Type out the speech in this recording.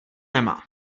nemá